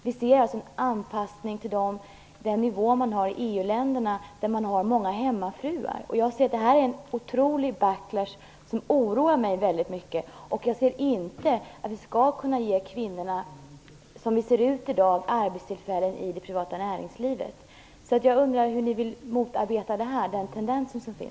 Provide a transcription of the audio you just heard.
Vi ser alltså en anpassning till den nivå man har i EU-länderna, där man har många hemmafruar. Det här är en otrolig back-lash som oroar mig väldigt mycket. Jag ser inte att vi, som det ser ut i dag, skall kunna ge kvinnorna arbetstillfällen i det privata näringslivet. Jag undrar hur ni vill motarbeta den här tendensen.